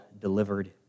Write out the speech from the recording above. delivered